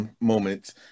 moments